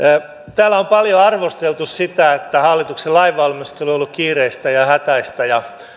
täällä on paljon arvosteltu sitä että hallituksen lainvalmistelu on ollut kiireistä ja hätäistä ja